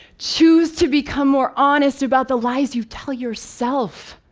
choose to become more honest about the lies you tell yourself.